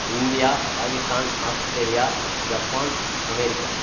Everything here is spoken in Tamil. India Pakistan Australia Japan America